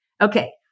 Okay